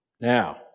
Now